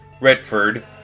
Redford